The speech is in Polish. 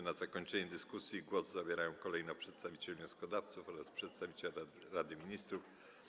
Na zakończenie dyskusji głos zabierają kolejno przedstawiciel wnioskodawców oraz przedstawiciel Rady Ministrów.